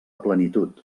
plenitud